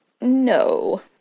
No